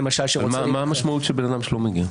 מה המשמעות לגבי בן אדם שלא מגיע?